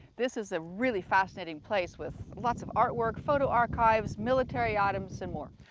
this is a really fascinating place with lots of artwork, photo archives, military items and more.